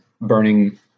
burning